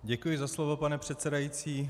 Děkuji za slovo, pane předsedající.